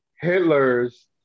Hitler's